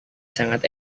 sangat